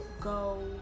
go